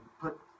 put